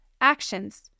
Actions